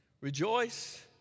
Rejoice